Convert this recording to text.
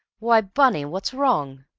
why, bunny, what's wrong?